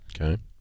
Okay